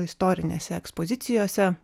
istorinėse ekspozicijose